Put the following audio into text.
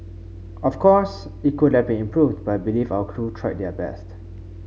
of course it could have been improved but I believe our crew tried their best